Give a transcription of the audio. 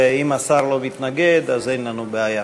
ואם השר לא מתנגד אז אין לנו בעיה.